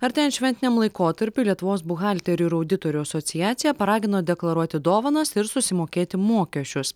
artėjant šventiniam laikotarpiui lietuvos buhalterių ir auditorių asociacija paragino deklaruoti dovanas ir susimokėti mokesčius